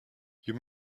you